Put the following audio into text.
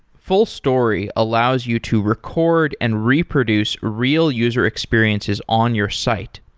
fullstory allows you to record and reproduce real user experiences on your site.